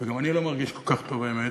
וגם אני לא מרגיש כל כך טוב, האמת,